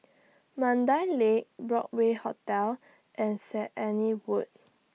Mandai Lake Broadway Hotel and Saint Anne's Wood